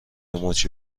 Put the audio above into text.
مچی